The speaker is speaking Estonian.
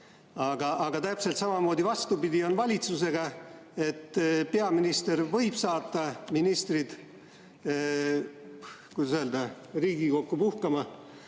Aga täpselt samamoodi, vastupidi on valitsusega. Peaminister võib saata ministrid, kuidas öelda, Riigikokku puhkama.